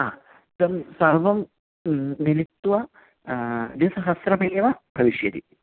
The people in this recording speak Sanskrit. हा इदं सर्वं मिलित्वा द्विसहस्रमेव भविष्यति